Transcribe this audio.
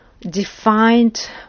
defined